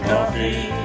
Coffee